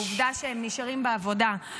העובדה שהם נשארים בעבודה.